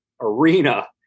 arena